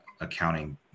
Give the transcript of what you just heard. accounting